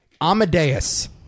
Amadeus